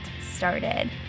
started